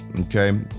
okay